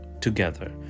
together